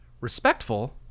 respectful